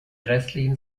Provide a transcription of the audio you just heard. restlichen